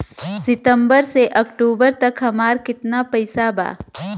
सितंबर से अक्टूबर तक हमार कितना पैसा बा?